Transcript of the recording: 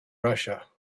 russia